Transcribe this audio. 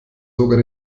sogar